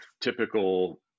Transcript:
typical